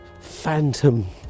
phantom